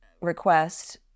request